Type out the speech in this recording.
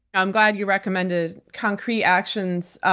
i'm glad you recommended concrete actions,